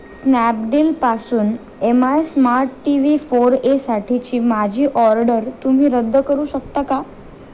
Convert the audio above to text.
स्नॅपडीलपासून M I smart T V four A साठीची माझी order तुम्ही रद्द करू शकता का